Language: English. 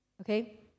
okay